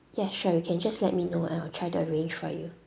yes sure you can just let me know and I will try to arrange for you